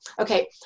Okay